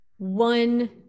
One